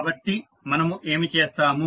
కాబట్టి మనము ఏమి చేస్తాము